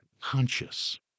conscious